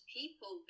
people